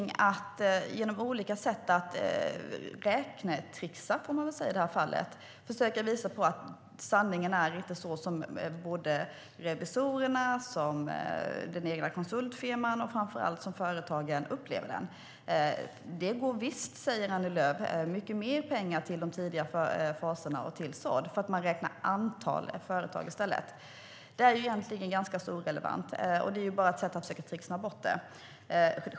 Genom olika sätt att räknetricksa - får man väl säga i det här fallet - försöker regeringen visa att sanningen inte är den som revisorerna, den egna konsultfirman och framför allt företagen upplever. Annie Lööf säger att det visst går mycket mer pengar till de tidiga faserna och till sådd eftersom man i stället räknar antal företag. Det är egentligen ganska irrelevant, och det är bara ett sätt att försöka tricksa bort det.